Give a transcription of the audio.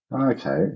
Okay